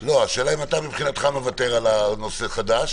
השאלה האם מבחינתך אתה מוותר על נושא חדש.